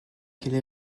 qu’elle